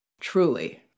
truly